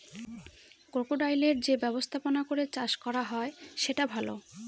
ক্রোকোডাইলের যে ব্যবস্থাপনা করে চাষ করা হয় সেটা ভালো